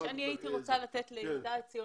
אני מבקשת לתת את הדקה שלי ליהודה עציון.